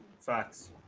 Facts